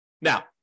Now